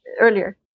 earlier